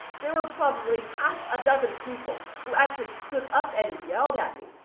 there were probably half a dozen people who actually stood up and yelled at me,